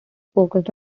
focused